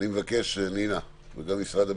נינא וגם משרד המשפטים,